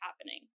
happening